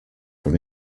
from